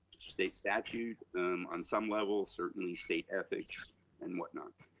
state statute on some level, certainly state ethics and whatnot,